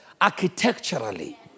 architecturally